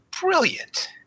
brilliant